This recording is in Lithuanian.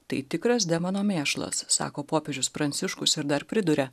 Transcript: tai tikras demono mėšlas sako popiežius pranciškus ir dar priduria